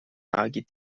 agi